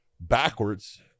backwards